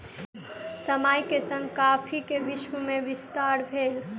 समय के संग कॉफ़ी के विश्व में विस्तार भेल